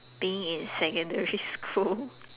being in secondary school